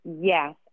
Yes